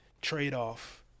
trade-off